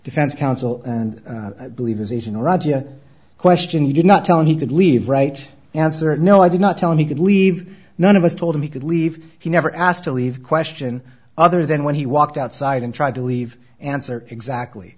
defense counsel and believe his asian raja question he did not tell him he did leave right answer no i did not tell him he could leave none of us told him he could leave he never asked to leave question other than when he walked outside and tried to leave answer exactly